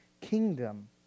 kingdom